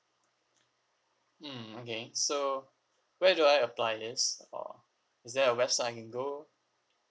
mm okay so where do I apply this or is there a website I can go